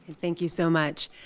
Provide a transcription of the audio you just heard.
thank you so much.